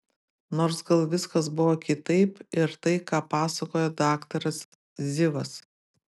nors gal viskas buvo kitaip ir tai ką pasakojo daktaras zivas